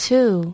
Two